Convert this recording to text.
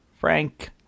Frank